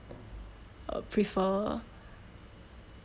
uh prefer